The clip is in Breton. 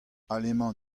alemañ